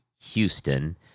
Houston